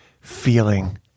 feeling